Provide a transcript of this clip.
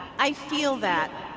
i feel that,